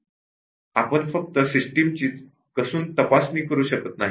आपण फक्त सिस्टमचीच कसून टेस्टिंग करू शकत नाही का